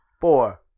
Four